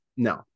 No